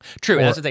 True